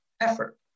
effort